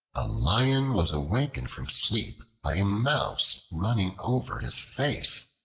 a lion was awakened from sleep by a mouse running over his face.